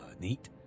Neat